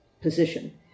position